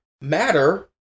Matter